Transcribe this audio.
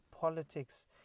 politics